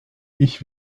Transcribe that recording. ich